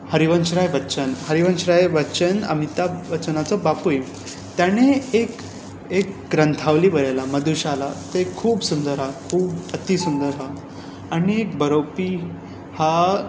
हरिवंशराय बच्चन हरिवंशराय बच्चन अमिताभ बच्चनाचो बापूय ताणें एक एक ग्रंथावली बरयला मधुशाला तें खूब सुंदर आसा खूब अतिसुंदर आसा आनी एक बरोवपी आसा